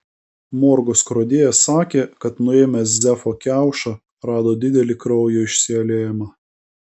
morgo skrodėjas sakė kad nuėmęs zefo kiaušą rado didelį kraujo išsiliejimą